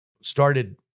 started